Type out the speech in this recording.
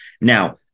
Now